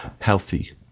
healthy